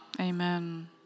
Amen